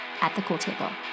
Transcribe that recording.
atthecooltable